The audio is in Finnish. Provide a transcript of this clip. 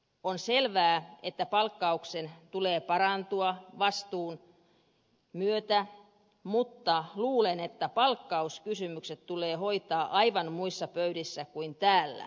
on selvää että palkkauksen tulee parantua vastuun myötä mutta luulen että palkkauskysymykset tulee hoitaa aivan muissa pöydissä kuin täällä